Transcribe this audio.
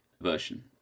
version